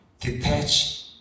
detach